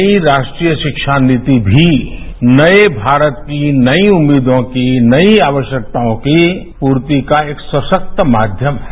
नई राष्ट्रीय शिक्षा नीति भी नये भारत की नई उम्मीदों की नई आवश्यकतायों की पूर्ति का एक सशक्त माध्यम है